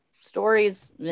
stories